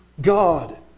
God